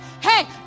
hey